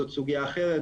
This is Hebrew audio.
זאת סוגיה אחרת,